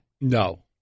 No